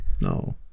No